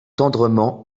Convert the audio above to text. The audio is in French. tendrement